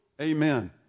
Amen